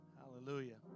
hallelujah